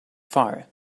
fire